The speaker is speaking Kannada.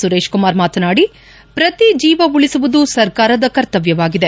ಸುರೇಶ್ ಕುಮಾರ್ ಮಾತನಾಡಿ ಪ್ರತಿ ಜೀವ ಉಳಿಸುವುದು ಸರ್ಕಾರದ ಕರ್ತವ್ಯವಾಗಿದೆ